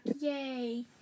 Yay